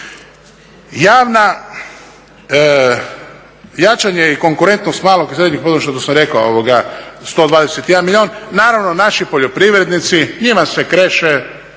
Jačanje i konkurentnost malog i srednjeg poduzetništva, to sam rekao, 121 milijun. Naravno, naši poljoprivrednici njima se kreše